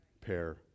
pair